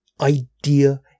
idea